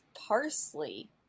parsley